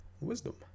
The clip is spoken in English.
wisdom